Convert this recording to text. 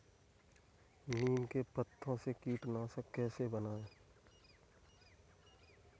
नीम के पत्तों से कीटनाशक कैसे बनाएँ?